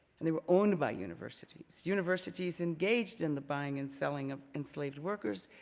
and they were owned by universities. universities engaged in the buying and selling of enslaved workers,